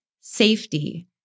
safety